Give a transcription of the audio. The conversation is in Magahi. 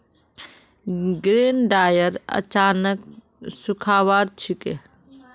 ग्रेन ड्रायर अनाजक सुखव्वार छिके